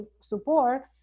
support